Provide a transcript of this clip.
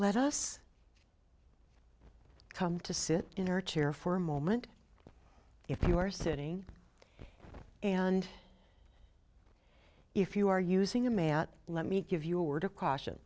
let us come to sit in her chair for a moment if you are sitting and if you are using a may out let me give you a word of caution